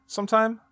Sometime